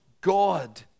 God